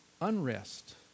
unrest